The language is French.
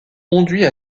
conduit